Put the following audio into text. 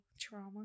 trauma